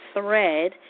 Thread